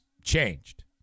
changed